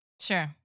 Sure